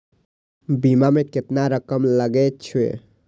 बीमा में केतना रकम लगे छै?